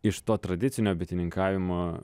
iš to tradicinio bitininkavimo